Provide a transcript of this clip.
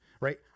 right